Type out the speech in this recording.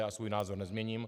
A svůj názor nezměním.